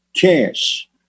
cash